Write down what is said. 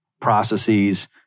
processes